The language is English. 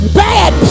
bad